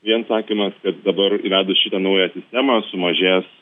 vien sakymas kad dabar įvedus šitą naują sistemą sumažės